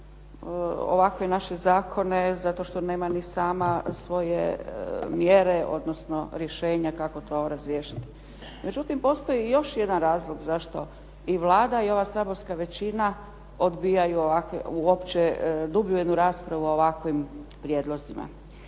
ovakve naše zakone zato što nema ni sama svoje mjere, odnosno rješenja kako to razriješiti. Međutim, postoji i još jedan razlog zašto i Vlada i ova saborska većina odbijaju ovakve uopće dublju jednu raspravu o ovakvim prijedlozima.